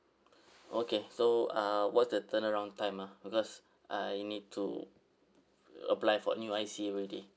okay so uh what's the turnaround time ah because I need to apply for a new I_C already